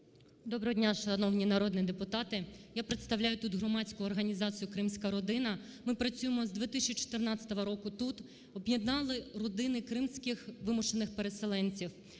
Доброго дня, шановні народні депутати! Я представляю тут громадську організацію "Кримська Родина". Ми працюємо з 2014 року тут, об'єднали родини кримських вимушених переселенців.